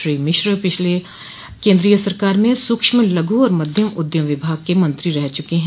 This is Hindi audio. श्री मिश्र पिछली केन्द्रीय सरकार में सूक्ष्म लघु और मध्यम उद्यम विभाग के मंत्री रह चुके हैं